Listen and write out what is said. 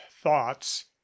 thoughts